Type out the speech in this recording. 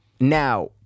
now –